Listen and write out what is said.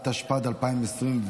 התשפ"ד 2024,